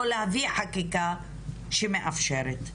או להביא חקיקה שמאפשרת,